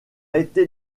été